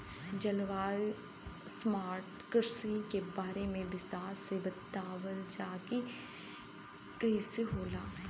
जलवायु स्मार्ट कृषि के बारे में विस्तार से बतावल जाकि कइसे होला?